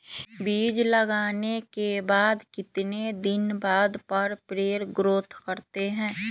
बीज लगाने के बाद कितने दिन बाद पर पेड़ ग्रोथ करते हैं?